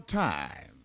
time